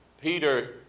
Peter